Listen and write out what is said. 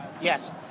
yes